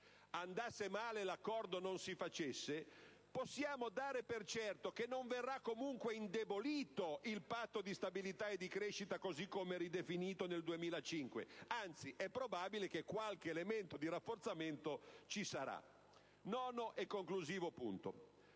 facesse l'accordo, possiamo dare per certo che non verrà comunque indebolito il Patto di stabilità e crescita, così come ridefinito nel 2005. Anzi, è probabile che qualche elemento di rafforzamento ci sarà. Nono e conclusivo punto.